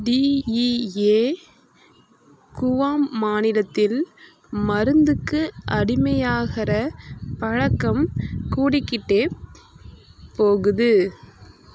DEA Guam மாநிலத்தில் மருந்துக்கு அடிமையாகிற பழக்கம் கூடிக்கிட்டே போகுது